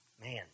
Man